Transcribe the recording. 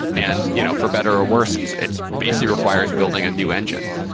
and you know for better or worse, it's it's basically requires building a new engine.